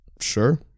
sure